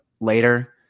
later